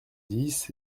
dix